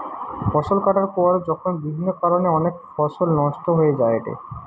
ফসল কাটার পর যখন বিভিন্ন কারণে অনেক ফসল নষ্ট হয়ে যায়েটে